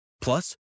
Plus